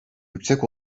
yüksek